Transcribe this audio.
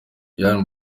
ian